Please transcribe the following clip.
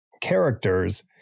characters